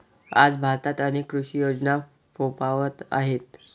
आज भारतात अनेक कृषी योजना फोफावत आहेत